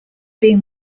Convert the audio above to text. being